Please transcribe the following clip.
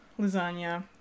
lasagna